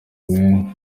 mube